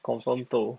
confirm toh